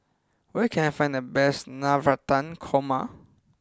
where can I find the best Navratan Korma